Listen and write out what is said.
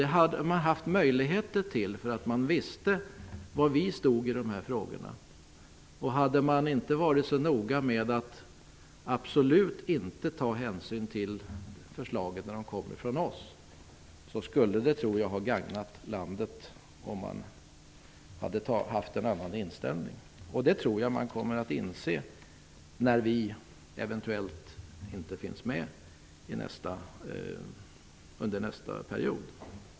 Det hade de haft möjligheter till. De visste var vi stod i de här frågorna. De har varit så noga med att absolut inte ta hänsyn till förslagen när de kommit från oss. En annan inställning skulle ha gagnat landet. Det tror jag att man kommer att inse när vi eventuellt inte finns med under nästa period.